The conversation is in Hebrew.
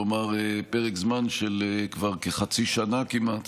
כלומר פרק זמן של כחצי שנה כמעט,